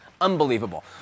Unbelievable